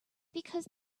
because